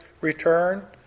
return